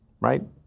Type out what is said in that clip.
right